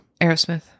Aerosmith